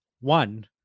One